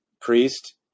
priest